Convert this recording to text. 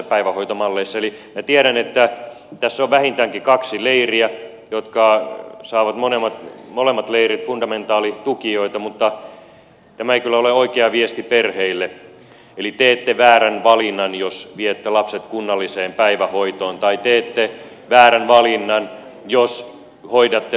minä tiedän että tässä on vähintäänkin kaksi leiriä jotka molemmat leirit saavat fundamentaalitukijoita mutta tämä ei kyllä ole oikea viesti perheille eli että teette väärän valinnan jos viette lapset kunnalliseen päivähoitoon tai teette väärän valinnan jos hoidatte lapsenne kotona